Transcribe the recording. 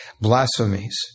blasphemies